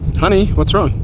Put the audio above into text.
honey what's wrong? i